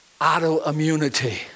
autoimmunity